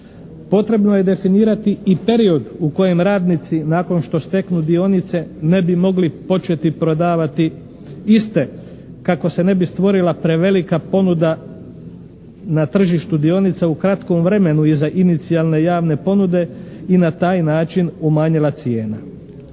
Potrebno je definirati i period u kojem radnici nakon što steknu dionice ne bi mogli početi prodavati iste kako se ne bi stvorila prevelika ponuda na tržištu dionica u kratkom vremenu iza inicijalne javne ponude i na taj način umanjila cijena.